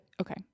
okay